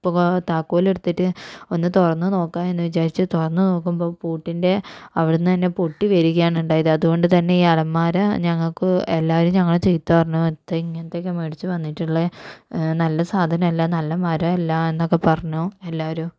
ഇപ്പോൾ താക്കോലെടുത്തിട്ട് ഒന്ന് തുറന്ന് നോക്കുക എന്ന് വിചാരിച്ച് തുറന്ന് നോക്കുമ്പോൾ പൂട്ടിൻ്റെ അവിടുന്ന് തന്നെ പൊട്ടി വരികയാണ് ഉണ്ടായത് അതുകൊണ്ട് തന്നെ ഈ അലമാര ഞങ്ങൾക്ക് എല്ലാവരും ഞങ്ങളെ ചീത്ത പറഞ്ഞ് എന്താ ഇങ്ങനത്തെയൊക്കെ മേടിച്ച് വന്നിട്ടുള്ളത് നല്ല സാധനമല്ല നല്ല മരമല്ല എന്നൊക്കെ പറഞ്ഞു എല്ലാവരും